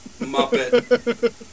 Muppet